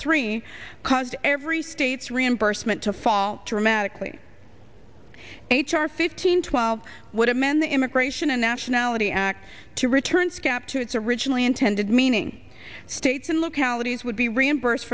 three caused every state's reimbursement to fall dramatically h r fifteen twelve would amend the immigration and nationality act to return scap to its originally intended meaning states and localities would be reimbursed